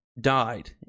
died